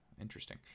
interesting